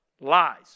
Lies